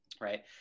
Right